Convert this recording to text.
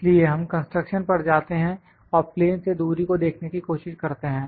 इसलिए हम कंस्ट्रक्शन पर जाते हैं और प्लेन से दूरी को देखने की कोशिश करते हैं